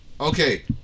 Okay